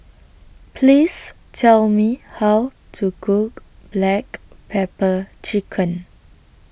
Please Tell Me How to Cook Black Pepper Chicken